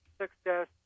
success